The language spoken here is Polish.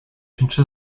czy